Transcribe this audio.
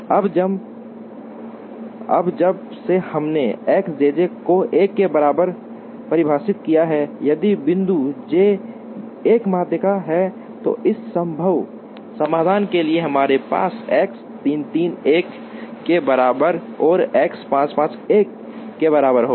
अब जब से हमने X jj को 1 के बराबर परिभाषित किया है यदि बिंदु j एक माध्यिका है तो इस संभव समाधान के लिए हमारे पास X 3 3 1 के बराबर और X 5 5 1 के बराबर होगा